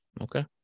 Okay